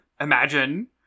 Imagine